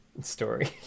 story